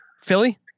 Philly